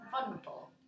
vulnerable